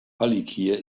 palikir